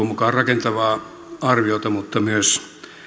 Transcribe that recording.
mukaan rakentavaa arviota mutta myös